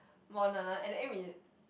and then we